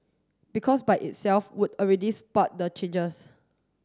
because by itself would already spur the changes